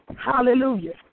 Hallelujah